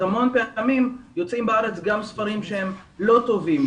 אז המון פעמים יוצאים בארץ גם ספרים שהם לא טובים,